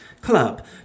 club